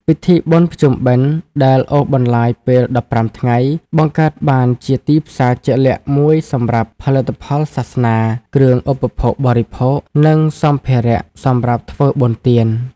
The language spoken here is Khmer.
ពិធីបុណ្យភ្ជុំបិណ្ឌដែលអូសបន្លាយពេល ១៥ ថ្ងៃ បង្កើតបានជាទីផ្សារជាក់លាក់មួយសម្រាប់ផលិតផលសាសនា គ្រឿងឧបភោគបរិភោគ និងសម្ភារៈសម្រាប់ធ្វើបុណ្យទាន។